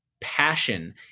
passion